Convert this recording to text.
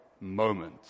moment